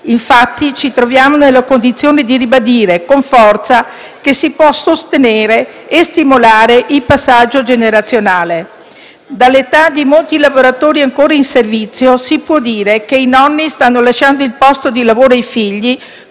infatti, ci troviamo nella condizione di ribadire con forza che si può stimolare e sostenere il passaggio generazionale. Data l'età di molti lavoratori ancora in servizio si può dire che i nonni stanno lasciando il posto di lavoro ai figli;